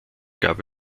gab